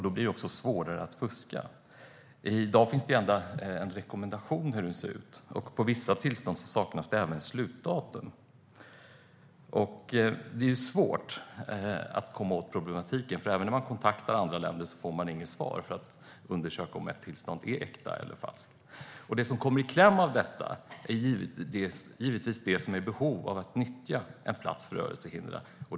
Då blir det också svårare att fuska. I dag finns det endast en rekommendation om hur de ska se ut, och på vissa tillstånd saknas det även slutdatum. Det är svårt att komma åt problematiken. Även om man kontaktar andra länder får man inget svar när man ska undersöka om ett tillstånd är äkta eller falskt. De som kommer i kläm är givetvis de som är i behov av att nyttja en plats för rörelsehindrade.